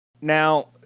Now